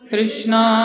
Krishna